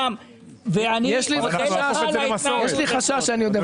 ואני מודה לך על ההתנהגות הזאת.